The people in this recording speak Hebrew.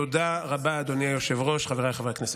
תודה רבה, אדוני היושב-ראש, חבריי חברי הכנסת.